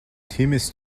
тиймээс